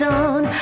on